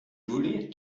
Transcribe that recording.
voulais